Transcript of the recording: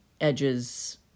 Edge's